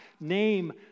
name